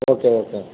okay okay